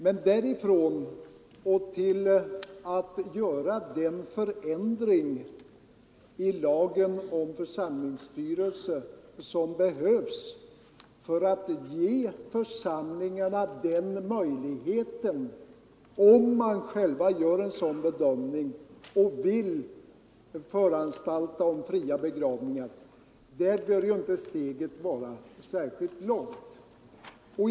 Men därifrån och till att göra den förändring i lagen om församlingsstyrelse som behövs för att ge församlingarna möjligheten att föranstalta om fria begravningar, ifall församlingarna själva gör en sådan bedömning, bör ju inte steget vara så särskilt långt.